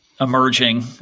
emerging